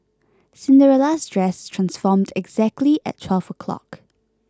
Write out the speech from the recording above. Cinderella's dress transformed exactly at twelve o'clock